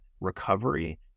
recovery